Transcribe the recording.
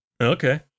Okay